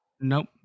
Nope